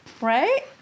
Right